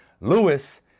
Lewis